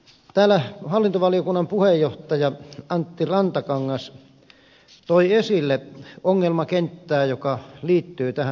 täällä hallintovaliokunnan puheenjohtaja antti rantakangas toi esille ongelmakenttää joka liittyy tähän asiaan